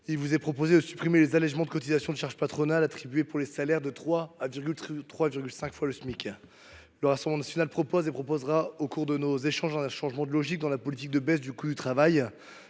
il vous est proposé de supprimer les allégements de cotisations patronales pour les salaires qui vont de 3 à 3,5 fois le Smic. Le Rassemblement national propose et continuera de proposer, au cours de nos échanges, un changement de logique dans la politique de baisse du coût du travail.